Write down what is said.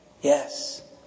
Yes